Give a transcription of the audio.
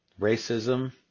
racism